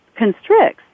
constricts